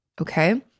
Okay